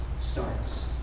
starts